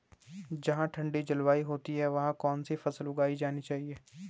जहाँ ठंडी जलवायु होती है वहाँ कौन सी फसल उगानी चाहिये?